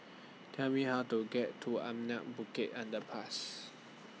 Tell Me How to get to Anak Bukit Underpass